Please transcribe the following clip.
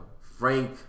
Frank